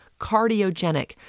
Cardiogenic